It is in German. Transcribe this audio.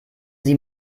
sie